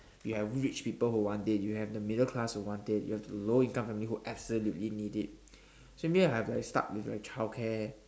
you have rich people who want it you have the middle class who want it you have the low income family who absolutely need it so maybe I'll probably start with the childcare